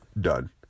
done